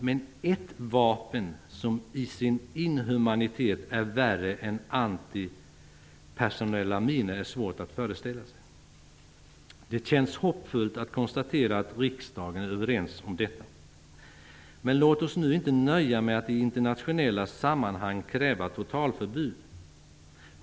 Men ett vapen som i sin inhumanitet är värre än antipersonella minor är svårt att föreställa sig. Det känns hoppfullt att konstatera att riksdagen är överens om detta. Men låt oss nu inte nöja med att i internationella sammanhang kräva totalförbud.